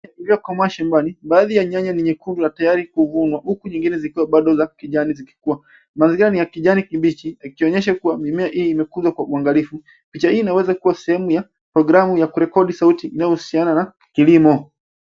Ziko shambani. Baadhi ya nyanya ni nyekundu na tayari kuvunwa, huku nyingine zikiwa bado za kijani zikikua. Mazingira ni ya kijani kibichi, ikionyesha kuwa mimea hii imekuzwa kwa uangalifu. Picha hii inaweza kuwa sehemu ya programu ya kurekodi sauti inayohusiana na kilimo.